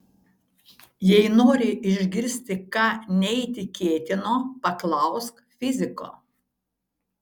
jei nori išgirsti ką neįtikėtino paklausk fiziko